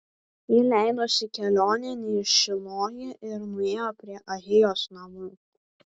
ji leidosi kelionėn į šiloją ir nuėjo prie ahijos namų